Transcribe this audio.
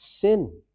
sin